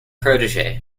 protege